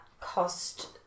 cost